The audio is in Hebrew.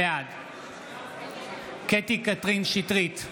בעד קטי קטרין שטרית,